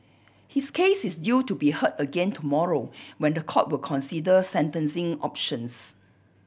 his case is due to be heard again tomorrow when the court will consider sentencing options